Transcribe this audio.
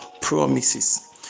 promises